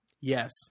Yes